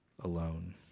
alone